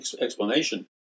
explanation